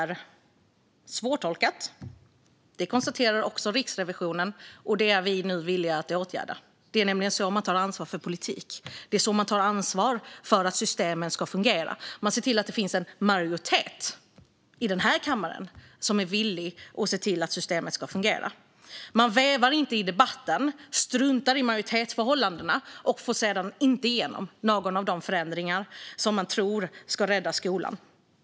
Riksrevisionen konstaterar att regelverket är svårtolkat, och detta är vi nu villiga att åtgärda. Det är nämligen så man tar ansvar för politik. Det är så man tar ansvar för att systemen fungerar. Man ser till att det finns en majoritet i denna kammare som är villig att se till att systemen fungerar. Man vevar inte i debatten och struntar i majoritetsförhållandena för att sedan inte få igenom någon av de förändringar som man tror ska rädda skolan.